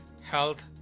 health